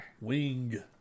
Wing